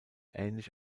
ähnlich